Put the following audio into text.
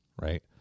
right